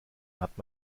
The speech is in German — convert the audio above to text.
hat